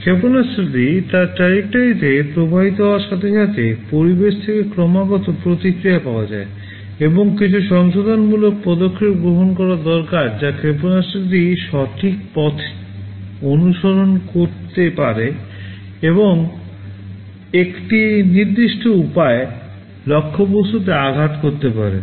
ক্ষেপণাস্ত্রটি তার ট্রাজেক্টোরিতে প্রবাহিত হওয়ার সাথে সাথে পরিবেশ থেকে ক্রমাগত প্রতিক্রিয়া পাওয়া যায় এবং কিছু সংশোধনমূলক পদক্ষেপ গ্রহণ করা দরকার যা ক্ষেপণাস্ত্রটি সঠিক পথ অনুসরণ করতে পারে এবং একটি নির্দিষ্ট উপায়ে লক্ষ্যবস্তুতে আঘাত করতে পারে